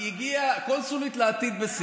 הקונסולית לעתיד.